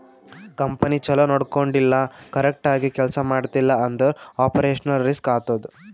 company ಛಲೋ ನೊಡ್ಕೊಂಡಿಲ್ಲ, correct ಆಗಿ ಕೆಲ್ಸಾ ಮಾಡ್ತಿಲ್ಲ ಅಂದುರ್ ಆಪರೇಷನಲ್ ರಿಸ್ಕ್ ಆತ್ತುದ್